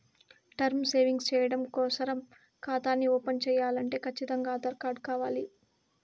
term savings చెయ్యడం కోసరం కాతాని ఓపన్ చేయాలంటే కచ్చితంగా ఆధార్ కార్డు కావాల్ల